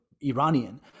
Iranian